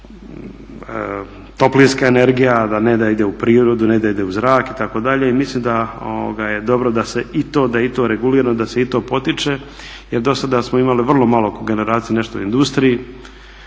toplinska energija a ne da ide u prirodu, ne da ide u zrak itd. I mislim da je dobro da je i to regulirano, da se i to potiče. Jer dosada smo imali vrlo malo kogeneracije, nešto u industriji.